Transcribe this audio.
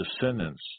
descendants